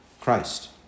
Christ